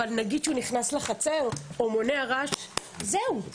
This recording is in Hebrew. אבל נניח כשהוא נכנס לחצר או מונע רעש, זהו.